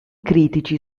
critici